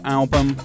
album